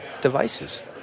devices